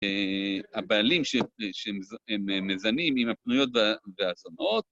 הבעלים שהם מזנים עם הפנויות והזונות